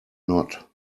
not